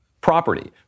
property